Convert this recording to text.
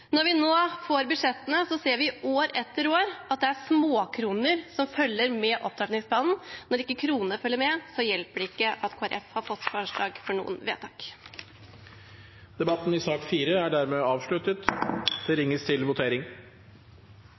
Når vi får budsjettene, ser vi år etter år at det er småkroner som følger med opptrappingsplanen. Når ikke kronene følger med, hjelper det ikke at Kristelig Folkeparti har fått gjennomslag for noen forslag til vedtak. Flere har ikke bedt om ordet til sak nr. 4. Da er Stortinget klar til å gå til votering.